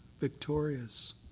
victorious